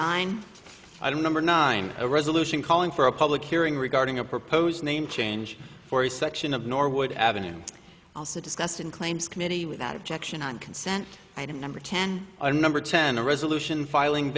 don't number nine a resolution calling for a public hearing regarding a proposed name change for a section of norwood avenue also discussed in claims committee without objection on consent item number ten our number ten a resolution filing